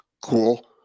cool